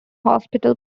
hospital